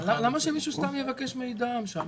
למה שמישהו סתם יבקש מידע משם?